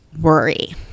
worry